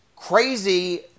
crazy